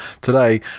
today